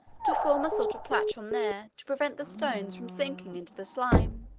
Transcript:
to form a sort of platform there, to prevent the stones from sinking into the slime.